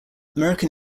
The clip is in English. american